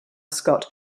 scott